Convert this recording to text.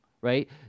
Right